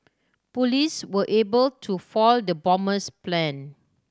police were able to foil the bomber's plan